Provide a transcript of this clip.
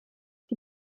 die